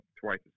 twice